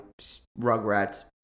Rugrats